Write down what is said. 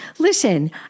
Listen